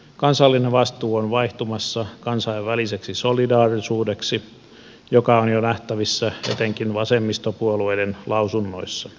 kansallinen vastuu on vaihtumassa kansainväliseksi solidaarisuudeksi joka on jo nähtävissä etenkin vasemmistopuolueiden lausunnoissa